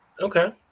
Okay